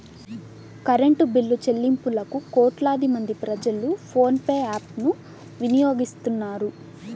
current బిల్లులుచెల్లింపులకు కోట్లాది మంది ప్రజలు ఫోన్ పే యాప్ ను వినియోగిస్తున్నారు